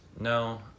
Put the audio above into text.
No